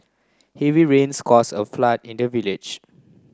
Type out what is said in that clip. heavy rains cause a flood in the village